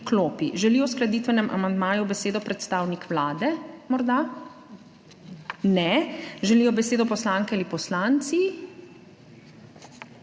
e-klopi. Želi o uskladitvenem amandmaju besedo predstavnik Vlade morda? (Ne.) Želijo besedo poslanke in poslanci?